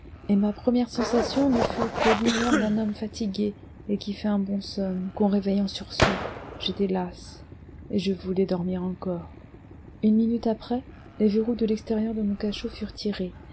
et ma première sensation ne fut que l'humeur d'un homme fatigué et qui fait un bon somme qu'on réveille en sursaut j'étais las et je voulais dormir encore une minute après les verroux de l'extérieur de mon cachot furent tirés